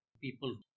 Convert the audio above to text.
people